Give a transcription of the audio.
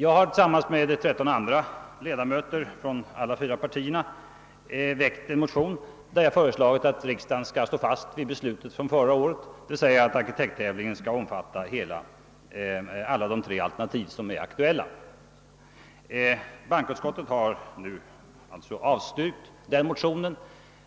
Jag har tillsammans med 13 andra ledamöter från fyra partier väckt en motion, där vi föreslagit att riksdagen skall stå fast vid beslutet från förra året, d.v.s. att arkitekttävlingen skall omfatta alla de tre alternativ som är aktuella. Bankoutskottet har nu avstyrkt den motionen,